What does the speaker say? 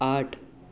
आठ